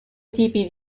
tipi